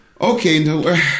Okay